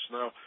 now